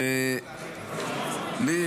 אני אגיד לך למה לא העבירו לי ולאחרים?